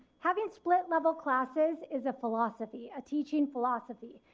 having split level classes is a philosophy. a teaching philosophy.